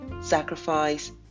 sacrifice